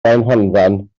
blaenhonddan